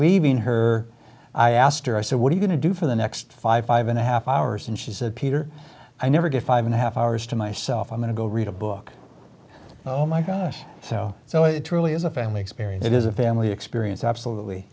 leaving her i asked her i said what are you going to do for the next five and a half hours and she said peter i never get five and a half hours to myself i'm going to go read a book oh my gosh so so it truly is a family experience it is a family experience absolutely